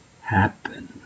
happen